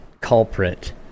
culprit